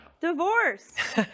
divorce